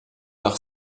par